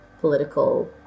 political